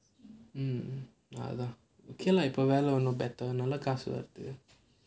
mm அதான்:athaan okay lah இப்போ வேலை ஒன்னும்:ippo velai onnum better நல்ல காசு வருது:nalla kaasu varuthu